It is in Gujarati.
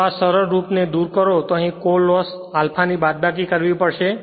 જો આ સરલરૂપ ને દૂર કરો તો અહીં કોર લોસ આલ્ફા ની બાદબાકી કરવી પડશે